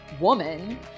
woman